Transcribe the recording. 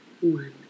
one